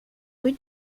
rue